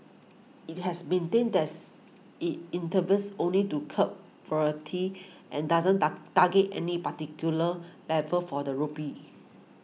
it has maintained that's it intervenes only to curb and doesn't target any particular level for the rupee